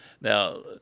Now